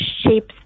shapes